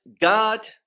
god